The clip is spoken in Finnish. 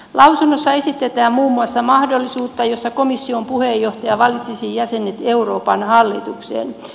lausunnossa esitetään muun muassa mahdollisuutta jossa komission puheenjohtaja valitsisi jäsenet euroopan hallitukseen